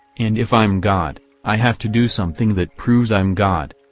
and if i'm god, i have to do something that proves i'm god.